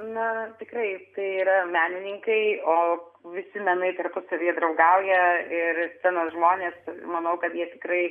na tikrai tai yra menininkai o visi menai tarpusavyje draugauja ir scenos žmonės manau kad jie tikrai